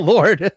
Lord